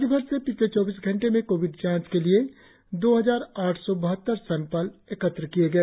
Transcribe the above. राज्य भर से पिछले चौबीस घंटे में कोविड जांच के लिए दो हजार आठ सौ बहत्तर सैंपल एकत्र किए गए